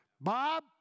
Bob